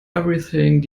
everything